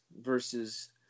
versus